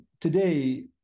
today